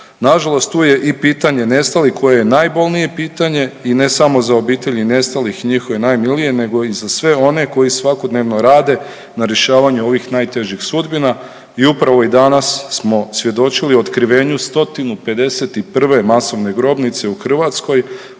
Nažalost tu je i pitanje nestalih, koje je najbolnije pitanje i ne samo za obitelji nestalih i njihove najmilije nego i za sve one koji svakodnevno rade na rješavanju ovih najtežih sudbina. I upravo i danas smo svjedočili otkrivenju 151 masovne grobnice u Hrvatskoj